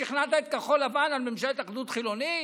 ששכנעת את כחול לבן על ממשלת אחדות חילונית?